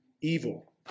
evil